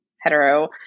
hetero